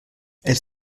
elles